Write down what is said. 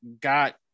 got